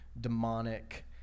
demonic